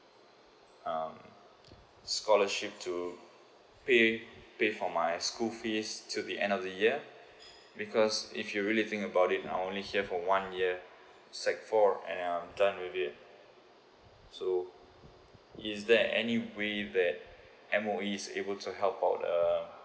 um scholarship to pay pay for my school fees to the end of the year because if you really think about it I'm only here for one year sec four and I'm done with it so is there any way that M_O_E is able to help on uh